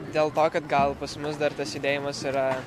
dėl to kad gal pas mus dar tas judėjimas yra